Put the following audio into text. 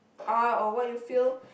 are or what you feel